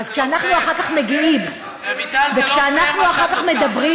רויטל, זה לא פייר מה שאת עושה.